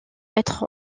être